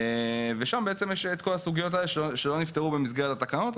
ושם בעצם יש את כל הסוגיות האלה שלא נפתרו במסגרת התקנות.